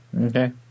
Okay